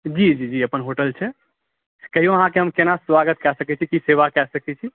जी जी जी अपन होटल छै कहिऔ हम अहाँकेँ केना स्वागत कए सकै छी की सेवा कए सकै छी